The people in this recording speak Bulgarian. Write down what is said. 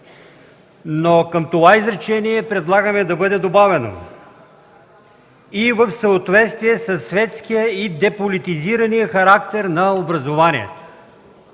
но към това изречение предлагаме да бъде добавено: „и в съответствие със светския и деполитизирания характер на образованието”.